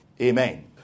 Amen